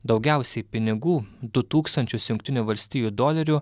daugiausiai pinigų du tūkstančius jungtinių valstijų dolerių